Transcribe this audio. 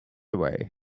away